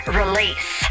release